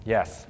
Yes